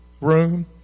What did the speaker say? room